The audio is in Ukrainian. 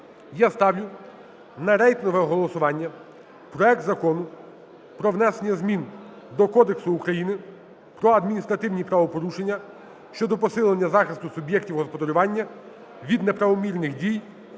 Я ставлю на рейтингове голосування проект Закону про внесення змін до Кодексу України про адміністративні правопорушення щодо посилення захисту суб'єктів господарювання від неправомірних дій